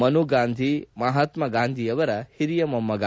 ಮನು ಗಾಂಧಿ ಮಹಾತ್ಮಾ ಗಾಂಧಿಯವರ ಹಿರಿಯ ಮೊಮ್ಮಗ